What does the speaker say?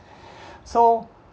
so